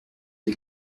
des